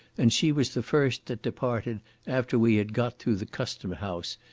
and she was the first that departed after we had got through the customhouse,